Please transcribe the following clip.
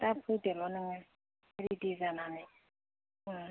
दा फैदोल' नोङो रेदि जानानै दे